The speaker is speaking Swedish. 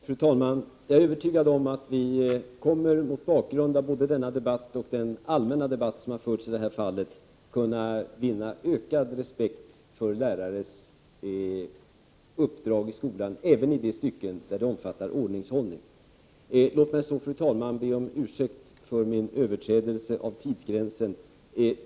Fru talman! Jag är övertygad om att vi mot bakgrund av både denna debatt och den allmänna debatt som har förts i detta fall kommer att kunna vinna ökad respekt för lärares uppdrag i skolan även i de stycken där det omfattar ordningshållning. Låt mig, fru talman, be om ursäkt för min överträdelse av tidsgränsen.